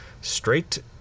Straight